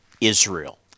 Israel